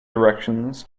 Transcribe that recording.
directions